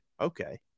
Okay